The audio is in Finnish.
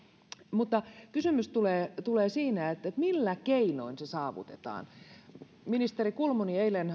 mutta kysymys tulee tulee siinä millä keinoin se saavutetaan ministeri kulmuni eilen